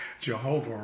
Jehovah